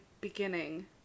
beginning